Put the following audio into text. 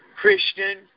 Christian